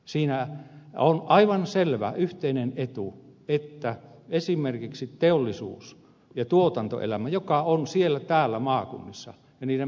siinä on aivan selvä yhteinen etu että on esimerkiksi teollisuus ja tuotantoelämä joka on siellä täällä maakunnissa ja jonka pääkonttori on helsingissä